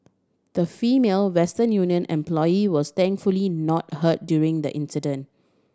the Female Western Union employee was thankfully not hurt during the incident